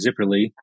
Zipperly